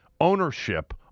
ownership